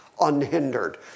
unhindered